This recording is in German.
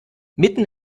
mitten